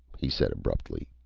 he said abruptly.